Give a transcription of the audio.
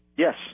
Yes